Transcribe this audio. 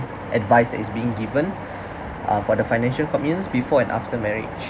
advice that is being given uh for the financial commits before and after marriage